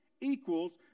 equals